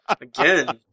Again